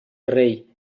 rei